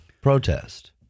protest